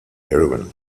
heroin